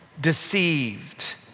deceived